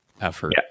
effort